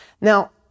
Now